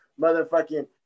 Motherfucking